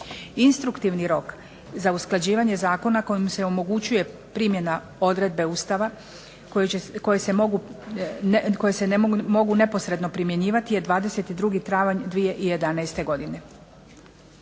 Instruktivni rok za usklađivanje zakona kojim se omogućuje primjena odredbe Ustava koje se mogu neposredno primjenjivati je 22. travanj 2011. godine.